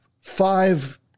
five